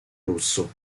russo